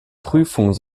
prüfung